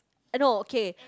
I know okay